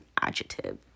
adjective